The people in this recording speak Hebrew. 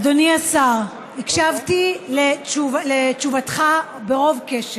אדוני השר, הקשבתי לתשובתך ברוב קשב.